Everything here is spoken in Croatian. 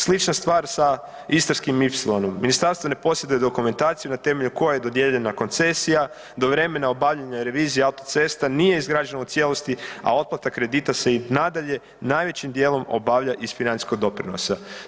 Slična stvar sa Istarskim ipsilonom, ministarstvo ne posjeduje dokumentaciju na temelju koje je dodijeljena koncesija, do vremena obavljanja revizija autocesta nije izgrađena u cijelosti, a otplata kredita se i nadalje najvećim dijelom obavlja iz financijskog doprinosa.